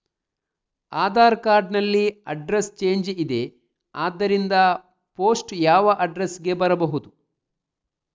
Aadhaar card ನಲ್ಲಿ address change ಇದೆ ಆದ್ದರಿಂದ ಪೋಸ್ಟ್ ಯಾವ ಅಡ್ರೆಸ್ ಗೆ ಬರಬಹುದು?